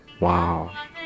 Wow